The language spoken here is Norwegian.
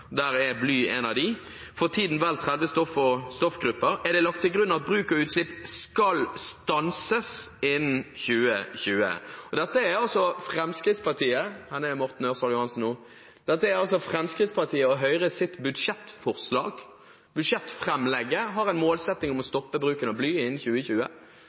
vel 30 stoff og stoffgrupper – er det lagt til grunn at bruk og utslepp skal stansast innan 2020.» Morten Ørsahl Johansen sa nå at dette er Fremskrittspartiet og Høyres budsjettforslag. Budsjettframlegget har målsetting om å stoppe bruken av bly innen 2020.